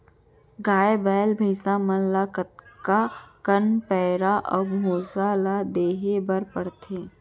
गाय ब्याज भैसा मन ल कतका कन पैरा अऊ भूसा ल देये बर पढ़थे?